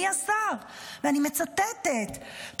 ואני מצטטת: אדוני השר,